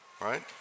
right